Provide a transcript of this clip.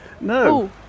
No